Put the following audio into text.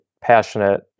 passionate